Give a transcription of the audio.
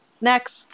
next